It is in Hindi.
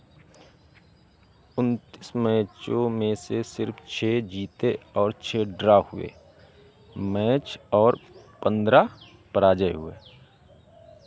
उनतीस मैचों में से सिर्फ़ छः जीते और छः ड्रॉ हुए मैच और पंद्रह पराजय हुए